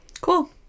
Cool